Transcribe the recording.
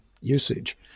usage